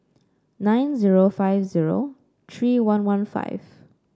nine zero five zero three one one five